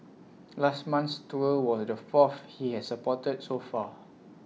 last month's tour was the fourth he has supported so far